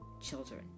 children